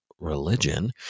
religion